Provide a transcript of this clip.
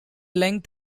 length